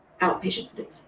outpatient